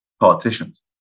politicians